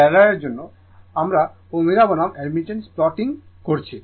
parallel এর জন্য আমরা ω বনাম অ্যাডমিটেন্সর প্লটটিং করছি